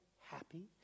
happy